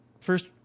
first